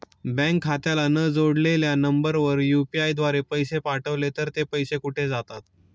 Bank खात्याला न जोडलेल्या नंबरवर यु.पी.आय द्वारे पैसे पाठवले तर ते पैसे कुठे जातात?